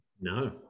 no